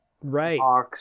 Right